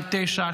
2009,